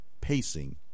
pacing